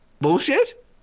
Bullshit